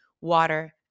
water